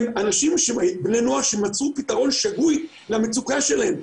הם בני נוער שמצאו פתרון שגוי למצוקה שלהם.